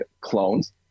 clones